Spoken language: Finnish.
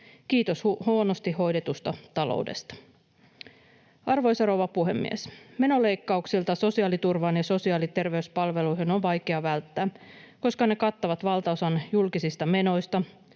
kiitos huonosti hoidetun talouden. Arvoisa rouva puhemies! Menoleikkauksilta sosiaaliturvaan ja sosiaali- ja terveyspalveluihin on vaikea välttyä, koska ne kattavat valtaosan julkisista menoista